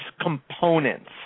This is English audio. components